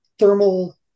thermal